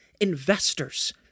investors